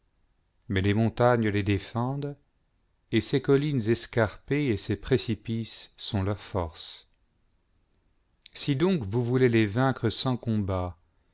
mais les montagnes les défendent et ces collines escarpées et ces précipices sont leurs forces si donc vous voulez les vaincre sans combat